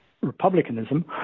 republicanism